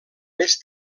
més